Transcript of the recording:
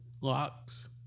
locks